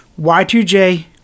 Y2J